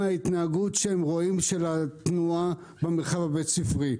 ומההתנהגות שהם רואים של התנועה במרחב הבית ספרי.